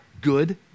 good